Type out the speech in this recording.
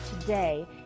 today